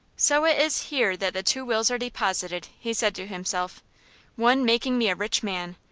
so it is here that the two wills are deposited! he said to himself one making me a rich man,